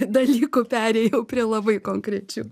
dalykų perėjau prie labai konkrečių